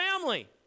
family